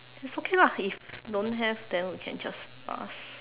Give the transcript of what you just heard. it's okay lah if don't have then we can just pass